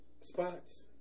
spots